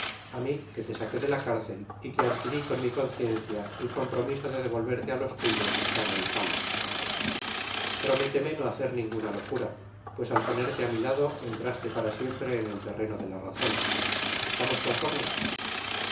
a mí que te saqué de la cárcel y que adquirí con mi conciencia el compromiso de devolverte a los tuyos sano y salvo prométeme no hacer ninguna locura pues al ponerte a mi lado entraste para siempre en el terreno de la razón estamos conformes